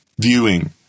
viewing